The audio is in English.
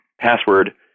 password